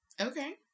Okay